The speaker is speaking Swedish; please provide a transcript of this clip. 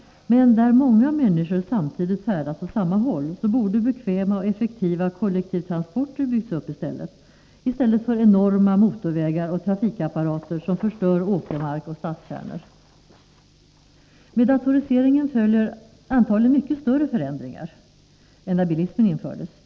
Men där många människor samtidigt färdas åt samma håll borde bekväma och effektiva kollektivtransporter ha byggts upp, i stället för enorma motorvägar och trafikapparater, som förstör åkermark och stadskärnor. Med datoriseringen följer antagligen mycket större förändringar än när bilismen infördes.